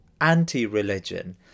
anti-religion